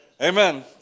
Amen